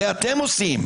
זה אתם עושים.